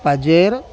పజేర్